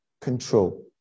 control